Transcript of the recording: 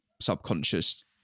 Subconscious